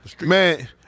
man